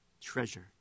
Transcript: treasure